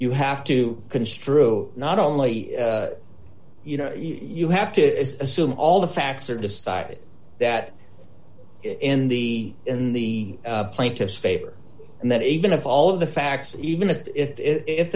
you have to construe not only you know you have to assume all the facts are decided that in the in the plaintiff's favor and that even if all of the facts even if